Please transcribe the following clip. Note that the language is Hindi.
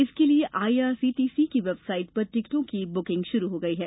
इसके लिये आईआरसीटीसी की वेबसाइट पर टिकटों की बुकिंग शुरू हो गई है